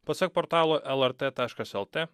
pasak portalo lrt taškas lt